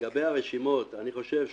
אני חושב שהן,